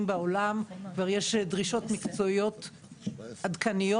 בעולם וכבר יש דרישות מקצועיות עדכניות,